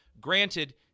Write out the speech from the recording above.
Granted